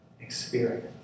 experience